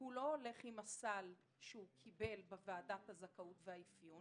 הוא לא ילך עם הסל שהוא קיבל בוועדת הזכאות והאפיון